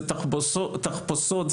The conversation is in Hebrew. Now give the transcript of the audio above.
זה תחפושות,